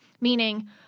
Meaning